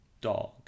dog